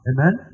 Amen